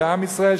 ועם ישראל,